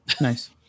Nice